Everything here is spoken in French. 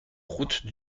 route